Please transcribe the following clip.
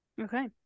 Okay